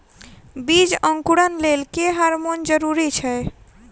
बीज अंकुरण लेल केँ हार्मोन जरूरी छै?